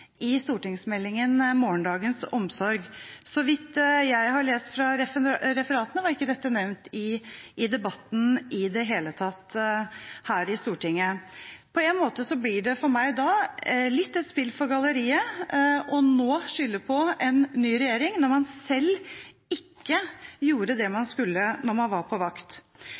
i Meld. St. 29 for 2012–2013, Morgendagens omsorg. Av det jeg har lest i referatene, er ikke dette nevnt i debatten i det hele tatt her i Stortinget. For meg blir det et spill for galleriet når man nå skylder på en ny regjering når man selv ikke gjorde det man skulle da man var på vakt.